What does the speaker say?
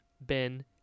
Ben